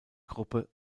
gruppe